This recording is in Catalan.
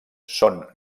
són